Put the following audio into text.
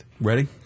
Ready